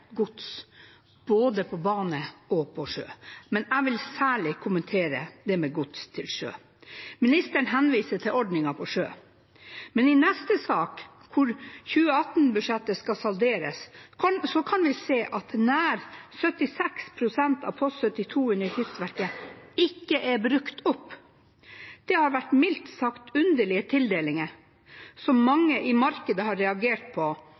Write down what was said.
gods både på bane og på sjø. Men jeg vil særlig kommentere det med gods på sjø. Ministeren henviste til ordningen på sjø, men i neste sak, hvor 2018-budsjettet skal salderes, kan en se at nær 76 pst. av post 72 under Kystverket ikke er brukt opp. Det har, mildt sagt, vært underlige tildelinger, som mange i markedet har reagert på,